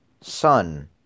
Sun